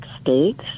states